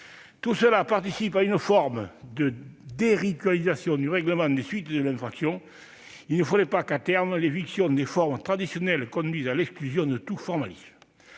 Tout cela participe d'une forme de « déritualisation » du règlement des suites de l'infraction. Il ne faudrait pas que l'éviction des formes traditionnelles conduise, à terme, à l'exclusion de tout formalisme.